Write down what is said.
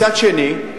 מצד שני,